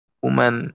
woman